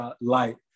light